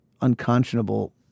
unconscionable